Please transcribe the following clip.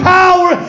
power